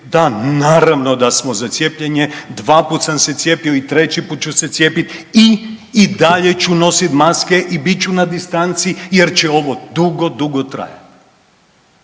da naravno da smo za cijepljenje, dva put sam se cijepio i treći put ću se cijepit i, i dalje ću nosit maske i bit ću na distanci jer će ovo dugo, dugo trajat,